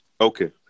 Okay